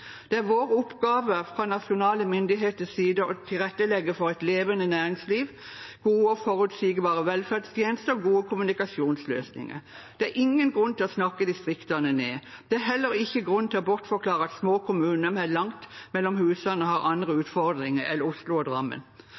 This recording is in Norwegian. Det er vår oppgave fra nasjonale myndigheters side å tilrettelegge for et levende næringsliv, gode og forutsigbare velferdstjenester og gode kommunikasjonsløsninger. Det er ingen grunn til å snakke distriktene ned. Det er heller ingen grunn til å bortforklare at små kommuner med langt mellom husene har andre utfordringer enn Oslo og Drammen.